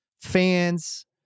fans